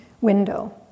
window